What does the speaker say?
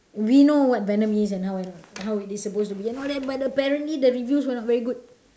we know what venom is and how and how is it supposed to be and all that but apparently the review was not very good